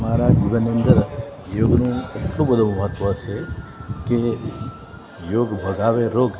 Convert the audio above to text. મારા જીવનની અંદર યોગનો એટલો બધો મહત્ત્વ છે કે યોગ ભગાવે રોગ